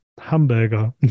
hamburger